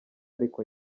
ariko